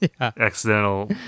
accidental